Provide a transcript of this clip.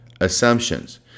assumptions